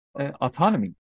autonomy